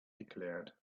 declared